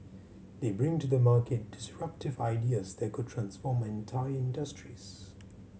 they bring to the market disruptive ideas that could transform entire industries